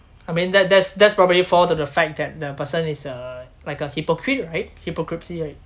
I mean that that's that's probably fall to the fact that the person is uh like a hypocrite right hypocrisy right